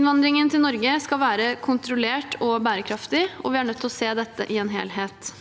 Innvandringen til Norge skal være kontrollert og bærekraftig, og vi er nødt til å se dette i en helhet.